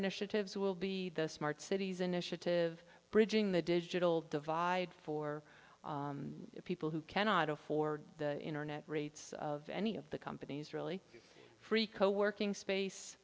initiatives will be the smart cities initiative bridging the digital divide for people who cannot afford internet rates of any of the companies really free co working space